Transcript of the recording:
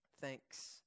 thanks